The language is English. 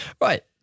Right